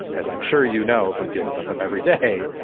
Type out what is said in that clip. as i'm sure you know, from dealing with them every day.